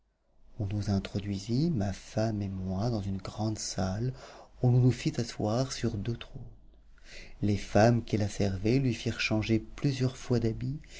on nous introduisit ma femme et moi dans une grande salle où l'on nous fit asseoir sur deux trônes les femmes qui la servaient lui firent changer plusieurs fois d'habits